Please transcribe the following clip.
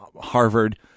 Harvard